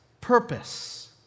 purpose